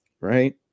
right